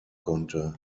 konnte